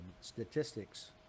statistics